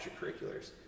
extracurriculars